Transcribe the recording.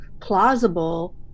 plausible